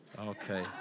Okay